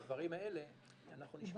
את הדברים האלה אנחנו נשמע ממנו.